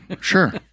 Sure